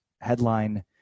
headline